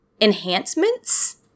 enhancements